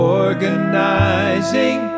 organizing